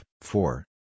Four